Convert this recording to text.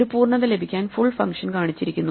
ഒരു പൂർണത ലഭിക്കാൻ ഫുൾ ഫങ്ഷൻ കാണിച്ചിരിക്കുന്നു